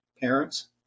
parents